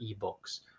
eBooks